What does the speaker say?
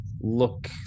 look